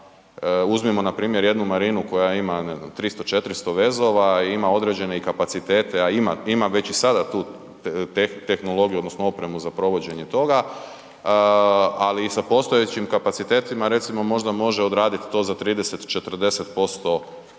uzmimo npr. jednu marinu koja ima ne znam, 300, 400 vezova i ima određenih kapaciteta a ima već i sada tu tehnologiju odnosno opremu za provođenje toga, ali i sa postojećim kapacitetima recimo možda može odradit to za 30, 40% brodova